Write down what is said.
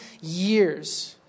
years